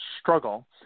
struggle